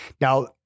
Now